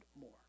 more